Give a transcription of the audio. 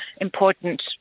important